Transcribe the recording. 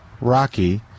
rocky